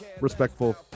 respectful